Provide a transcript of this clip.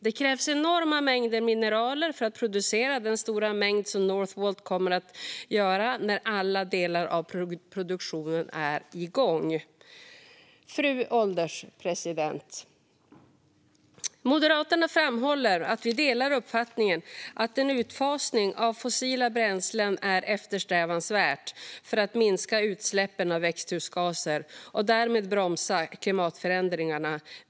Det krävs enorma mängder mineral för att producera den stora mängd som Northvolt kommer att göra när alla delar av produktionen är igång. Fru ålderspresident! Moderaterna framhåller att vi delar uppfattningen att en utfasning av fossila bränslen är eftersträvansvärt för att minska utsläppen av växthusgaser och därmed bromsa klimatförändringarna.